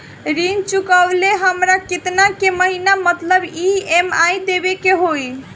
ऋण चुकावेला हमरा केतना के महीना मतलब ई.एम.आई देवे के होई?